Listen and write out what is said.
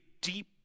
deep